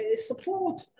support